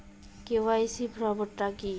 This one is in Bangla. কে.ওয়াই.সি ফর্ম টা কি?